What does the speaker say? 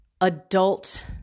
adult